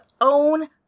own